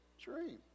dream